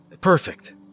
perfect